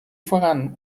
voran